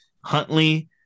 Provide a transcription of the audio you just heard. Huntley